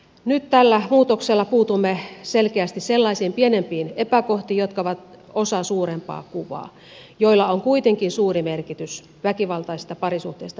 nyt tällä muutoksella puutumme selkeästi sellaisiin pienempiin epäkohtiin jotka ovat osa suurempaa kuvaa ja joilla on kuitenkin suuri merkitys väkivaltaisesta parisuhteesta irtautuneille